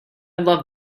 love